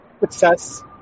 success